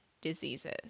diseases